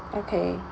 okay